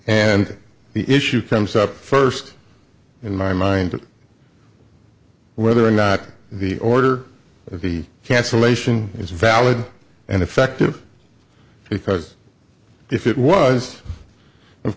and the issue comes up first in my mind whether or not the order of the cancellation is valid and effective because if it was of